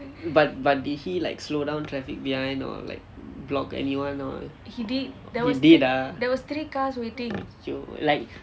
but but did he like slowdown traffic behind or like block anyone or he did ah !aiyo! like